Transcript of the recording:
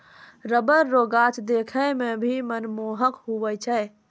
rubber रो गाछ देखै मे भी मनमोहक हुवै छै